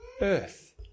earth